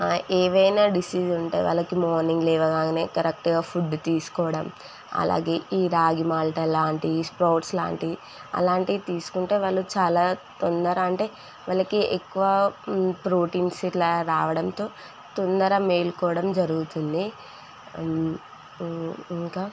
ఏవైనా డిసీజ్ ఉంటే వాళ్ళకి మార్నింగ్ లేవగానే కరెక్ట్గా ఫుడ్డు తీసుకోవడం అలాగే ఈ రాగి మాల్ట్ అలాంటివి స్ప్రౌట్స్ లాంటివి అలాంటివి తీసుకుంటే వాళ్ళు చాలా తొందర అంటే వాళ్ళకి ఎక్కువ ప్రోటీన్స్ ఇట్లా రావడంతో తొందర మేల్కోవడం జరుగుతుంది ఇంకా